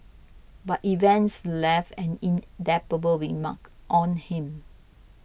but events left an indelible remark on him